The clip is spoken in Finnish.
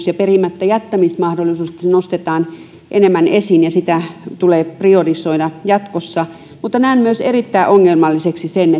ja perimättäjättämismahdollisuus nostetaan enemmän esiin ja sitä tulee priorisoida jatkossa mutta näen erittäin ongelmalliseksi sen